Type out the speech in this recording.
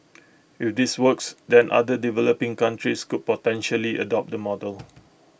if this works then other developing countries could potentially adopt the model